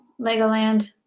Legoland